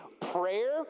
Prayer